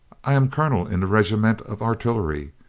i am colonel in the regiment of artillery.